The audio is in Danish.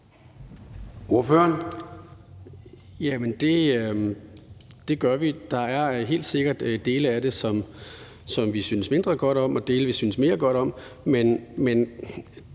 Ryle (LA): Jamen det gør vi. Der er helt sikkert dele af det, som vi synes mindre godt om, og dele, som vi synes mere godt om,